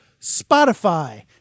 Spotify